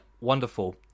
wonderful